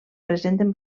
presenten